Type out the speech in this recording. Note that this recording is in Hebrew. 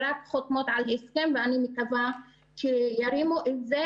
צריך לחתום על ההסכם ואני מקווה שירימו את זה